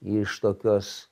iš tokios